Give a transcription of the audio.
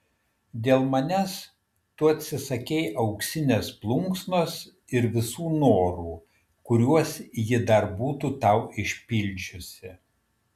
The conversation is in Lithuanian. dėl manęs tu atsisakei auksinės plunksnos ir visų norų kuriuos ji dar būtų tau išpildžiusi